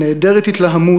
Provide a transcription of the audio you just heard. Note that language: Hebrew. נעדרת התלהמות,